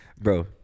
bro